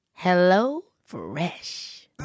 HelloFresh